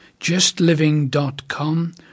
justliving.com